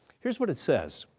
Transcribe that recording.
here's what it says.